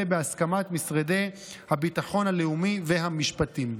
בהסכמת משרדי הביטחון הלאומי והמשפטים.